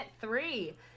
three